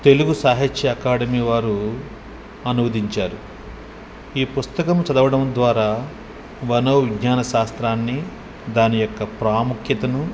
తెలుగు సాహిత్య అకాడమీ వారు అనువదించారు ఈ పుస్తకం చదవడం ద్వారా మనోవిజ్ఞాన శాస్త్రాన్ని దాని యొక్క ప్రాముఖ్యతను